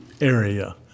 area